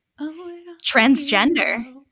transgender